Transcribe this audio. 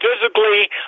physically